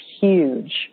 huge